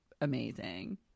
Amazing